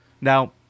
Now